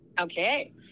Okay